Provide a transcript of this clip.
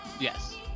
Yes